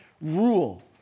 rule